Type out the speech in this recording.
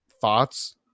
Thoughts